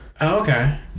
Okay